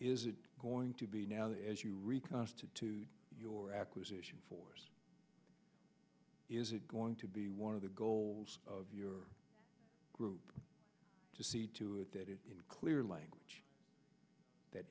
is it going to be now as you reconstitute your acquisition force is it going to be one of the goals of your group to see to it that is in clear language that